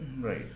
Right